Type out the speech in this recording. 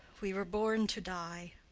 we were born to die.